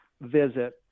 visit